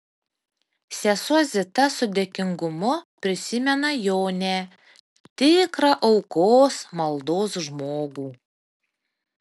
sesuo zita su dėkingumu prisimena jonę tikrą aukos maldos žmogų